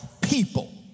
people